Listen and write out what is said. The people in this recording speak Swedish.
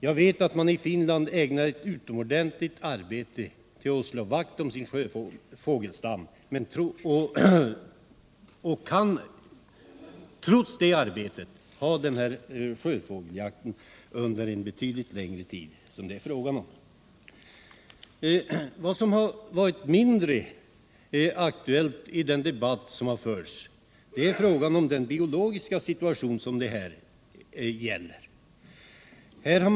Jag vet att man i Finland uträttar ett utomordentligt fint arbete för att slå vakt om sjöfågelstammen. Trots det kan jakt på sjöfågel tillåtas där under en betydligt längre tid. I den debatt som har förts har frågan om den biologiska situation det här gäller inte nämnvärt aktualiserats.